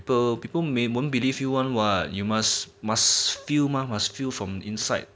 people people may won't believe you one what you must must feel mah must feel from inside